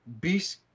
Beast